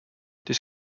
this